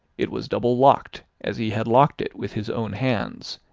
it was double-locked, as he had locked it with his own hands,